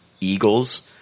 eagles